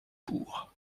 bourg